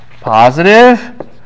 positive